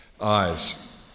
Eyes